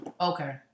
Okay